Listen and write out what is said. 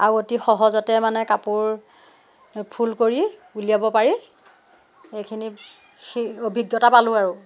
আৰু অতি সহজতে মানে কাপোৰ ফুল কৰি উলিয়াব পাৰি এইখিনি শি অভিজ্ঞতা পালো আৰু